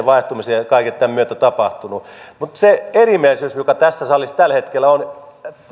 vaihtumisen ja ja kaiken tämän myötä tapahtunut mutta se erimielisyys joka tässä salissa tällä hetkellä on